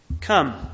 Come